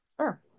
Sure